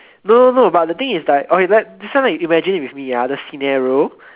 no no no but the thing is like okay this one you imagine if it's me ah the scenario